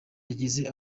yagize